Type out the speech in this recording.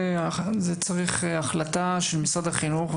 צריך החלטה של משרד החינוך,